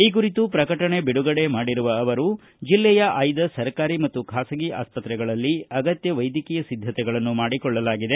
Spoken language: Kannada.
ಈ ಕುರಿತು ಪ್ರಕಟಣೆ ಬಿಡುಗಡೆ ಮಾಡಿರುವ ಅವರು ಜಿಲ್ಲೆಯ ಆಯ್ದ ಸರ್ಕಾರಿ ಮತ್ತು ಖಾಸಗಿ ಆಸ್ಪತ್ರೆಗಳಲ್ಲಿ ಅಗತ್ಯ ವೈದ್ಯಕೀಯ ಸಿದ್ಧತೆಗಳನ್ನು ಮಾಡಿಕೊಳ್ಳಲಾಗಿದೆ